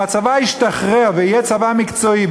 אם הצבא ישתחרר ויהיה צבא מקצועי,